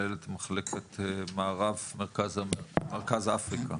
מנהלת מחלקת מערב-מרכז אפריקה,